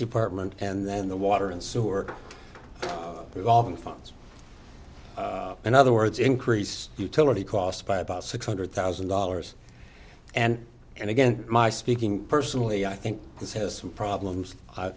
department and then the water and sewer revolving funds in other words increase utility costs by about six hundred thousand dollars and then again my speaking personally i think this has some problems